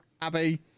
Abby